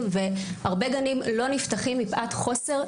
והרבה גנים לא נפתחים מפאת חוסר צוותים.